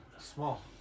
Small